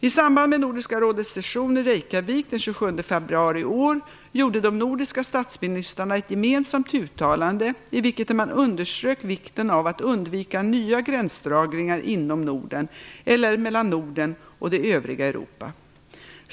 I samband med Nordiska rådets session i Reykjavik den 27 februari i år gjorde de nordiska statsministrarna ett gemensamt uttalande, i vilket man underströk vikten av att undvika nya gränsdragningar inom Norden eller mellan Norden och det övriga Europa.